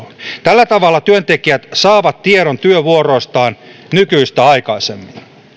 tällä tavalla työntekijät saavat tiedon työvuoroistaan nykyistä aikaisemmin